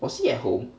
was he at home